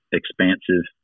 expansive